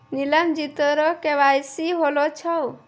नीलम जी तोरो के.वाई.सी होलो छौं?